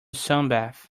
sunbathe